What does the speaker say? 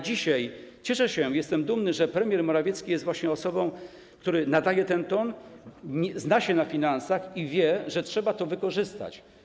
Dzisiaj cieszę się, jestem dumny, że premier Morawiecki jest właśnie osobą, która nadaje ten ton, zna się na finansach, wie, że trzeba to wykorzystać.